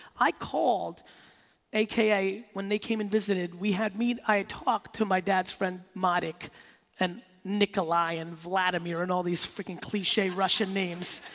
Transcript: i called aka when they came and visited, we had meat, i had talked to my dad's friend madig and nikkoli and vladimir and all these freakin' cliche russian names.